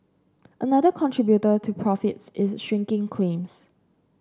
another contributor to profits is shrinking claims